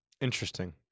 Interesting